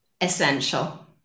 Essential